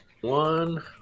one